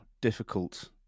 difficult